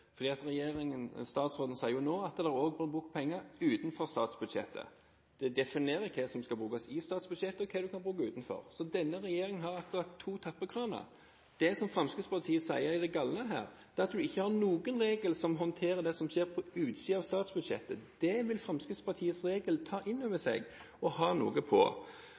skal brukes i statsbudsjettet, og hva du kan bruke utenfor, så denne regjeringen har to tappekraner. Det Fremskrittspartiet sier er galt her, er at du ikke har noen regel som håndterer det som skjer på utsiden av statsbudsjettet. Det vil Fremskrittspartiets regel ta inn over seg og ha noe på.